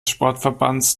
sportverbands